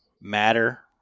matter